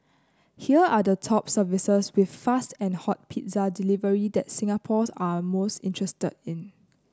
here are the top services with fast and hot pizza delivery that Singaporeans are most interested in